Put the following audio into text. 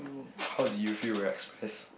how did you feel we're express